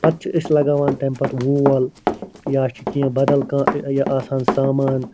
پَتہٕ چھ أسۍ لَگاوان تمہِ پَتہٕ وول یا چھ کینٛہہ بَدَل کانٛہہ آسان سامان